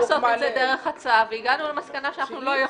ניסינו לעשות את זה דרך הצו והגענו למסקנה שאנחנו לא יכולים.